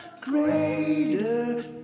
greater